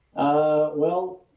of well,